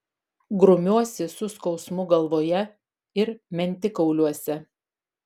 grumiuosi su skausmu galvoje ir mentikauliuose